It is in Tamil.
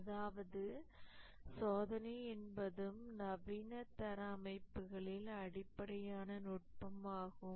அதாவது சோதனை என்பதும் நவீன தர அமைப்புகளில் அடிப்படையான நுட்பமாகும்